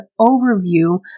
overview